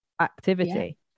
activity